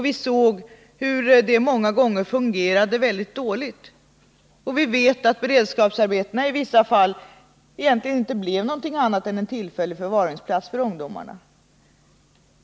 Vi såg hur det många gånger fungerade väldigt dåligt. Vi vet att beredskapsarbetena i vissa fall egentligen inte blev någonting annat än en tillfällig förvaringsplats för ungdomarna.